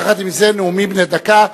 יחד עם זה, נאומים בני דקה.